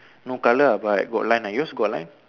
no colour ah but got line ah yours got line